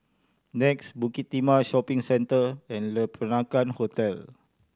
NEX Bukit Timah Shopping Centre and Le Peranakan Hotel